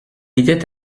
était